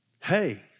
Hey